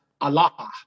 Allah